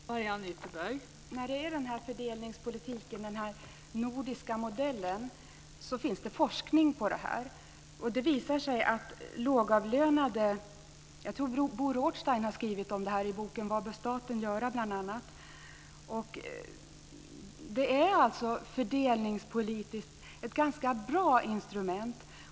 Fru talman! När det gäller denna fördelningspolitik - den nordiska modellen - kan jag säga att det finns forskning. Jag tror bl.a. att Bo Rothstein har skrivit om detta i boken Vad bör staten göra?. Det är fördelningspolitiskt ett ganska bra instrument.